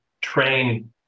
train